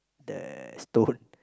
the stone